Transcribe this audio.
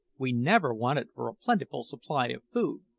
we never wanted for a plentiful supply of food.